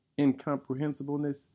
incomprehensibleness